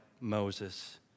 Moses